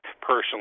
personally